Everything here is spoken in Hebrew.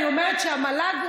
אני אומרת שהמל"ג,